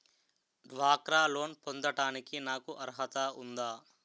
డ్వాక్రా లోన్ పొందటానికి నాకు అర్హత ఉందా?